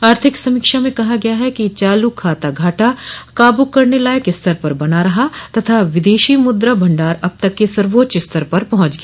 आर्थिक समीक्षा में कहा गया है कि चालू खाता घाटा काबू करने लायक स्तर पर बना रहा तथा विदेशी मुद्रा भंडार अब तक के सर्वोच्च स्तर पर पहुंच गया